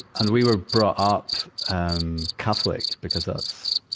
and we were brought up, um, catholic, because that's,